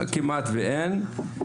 כמעט ואין,